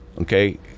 okay